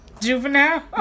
juvenile